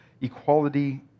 Equality